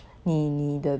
你 needed